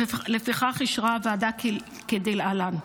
לפיכך אישרה הוועדה כדלהלן: